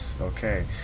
okay